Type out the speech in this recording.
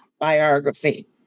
biography